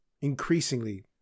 increasingly